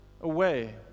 away